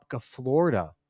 Florida